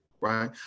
right